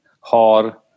har